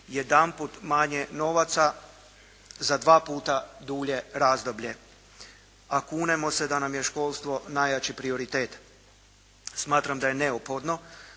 Jedanput manje novaca za dva puta dulje razdoblje, a kunemo se da nam je školstvo najjači prioritet. Smatram da je neophodno